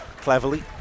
cleverly